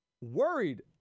worried